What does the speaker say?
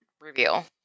reveal